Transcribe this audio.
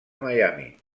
miami